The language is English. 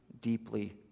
deeply